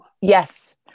Yes